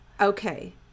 Okay